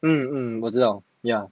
mmhmm mmhmm 我知道 ya